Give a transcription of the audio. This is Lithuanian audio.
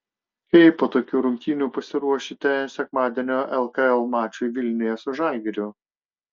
kaip po tokių rungtynių pasiruošite sekmadienio lkl mačui vilniuje su žalgiriu